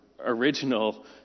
original